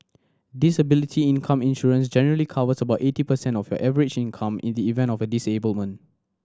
disability income insurance generally covers about eighty percent of your average income in the event of a disablement